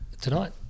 Tonight